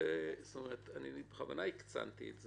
בכוונה הקצנתי את זה,